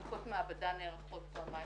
בדיקות מעבדה נערכות פעמיים